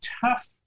tough